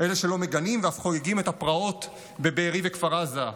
אלה שלא מגנים ואף חוגגים את הפרעות בבארי ובכפר עזה,